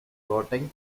rotting